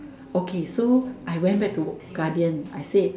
okay so I went back to Guardian I said